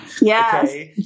Yes